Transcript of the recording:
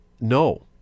No